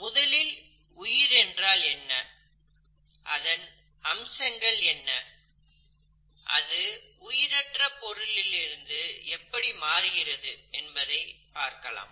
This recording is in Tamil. முதலில் உயிர் என்றால் என்ன அதன் அம்சங்கள் என்ன அது உயிரற்ற பொருளிலிருந்து எப்படி மாறுபடுகிறது என்பதை பார்க்கலாம்